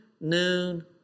noon